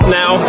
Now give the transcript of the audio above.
now